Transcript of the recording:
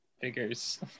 figures